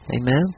Amen